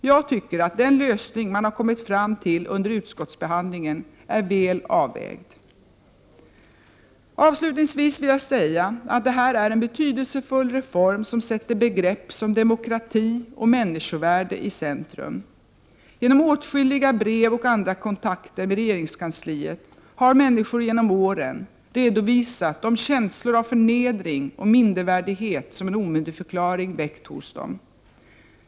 Jag tycker att den lösning som man har kommit fram till under utskottsbehandlingen är väl avvägd. Avslutningsvis vill jag säga att detta är en betydelsefull reform som sätter begrepp som demokrati och människovärde i centrum. Genom åtskilliga brev och andra kontakter med regeringskansliet har människor genom åren redovisat de känslor av förnedring och mindervärdighet som en omyndigförklaring väckt hos dem.